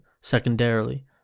secondarily